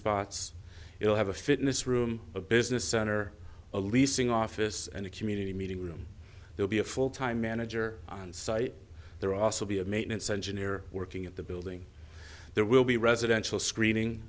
spots will have a fitness room a business center a leasing office and a community meeting room they'll be a full time manager on site there also be a maintenance engineer working at the building there will be residential screening